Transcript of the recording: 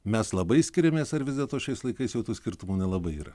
mes labai skiriamės ar vis dėlto šiais laikais jau tų skirtumų nelabai yra